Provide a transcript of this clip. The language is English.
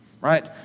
right